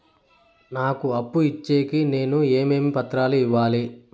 నాకు అప్పు ఇచ్చేకి నేను ఏమేమి పత్రాలు ఇవ్వాలి